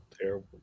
terrible